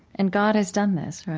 and god has done this, right?